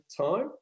time